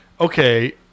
okay